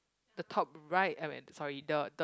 the top right I mean sorry the the